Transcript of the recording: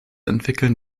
entwickeln